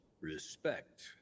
respect